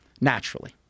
naturally